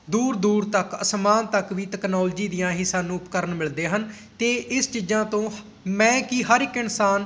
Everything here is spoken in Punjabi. ਦੂਰ ਦੂਰ ਤੱਕ ਅਸਮਾਨ ਤੱਕ ਵੀ ਤਕਨੋਲਜੀ ਦੀਆਂ ਹੀ ਸਾਨੂੰ ਉਪਕਰਨ ਮਿਲਦੇ ਹਨ ਅਤੇ ਇਸ ਚੀਜ਼ਾਂ ਤੋਂ ਹ ਮੈਂ ਕੀ ਹਰ ਇੱਕ ਇਨਸਾਨ